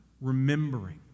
remembering